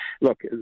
Look